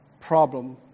problem